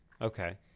Okay